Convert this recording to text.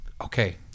okay